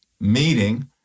meeting